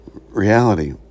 reality